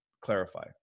clarify